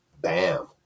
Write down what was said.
bam